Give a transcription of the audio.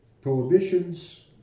prohibitions